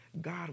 God